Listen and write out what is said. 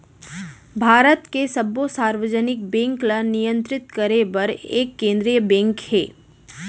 भारत के सब्बो सार्वजनिक बेंक ल नियंतरित करे बर एक केंद्रीय बेंक हे